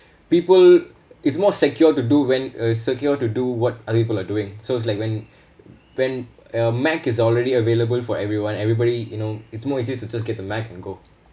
people it's more secure to do when a secure to do what other people are doing so it's like when when uh mac is already available for everyone everybody you know it's more easy to just get the mac and go